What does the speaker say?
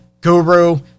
Guru